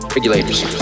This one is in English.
Regulators